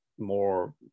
more